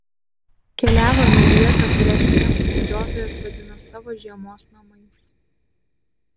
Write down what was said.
keliavome į vietą kurią šmėklų medžiotojas vadino savo žiemos namais